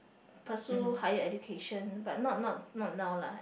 pursue higher education but not not not now lah